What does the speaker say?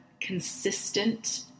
consistent